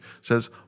says